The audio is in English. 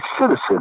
citizen